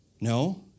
No